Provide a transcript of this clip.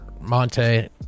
Monte